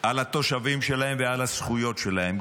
על התושבים שלהם ועל הזכויות שלהם,